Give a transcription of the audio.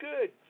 good